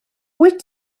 wyt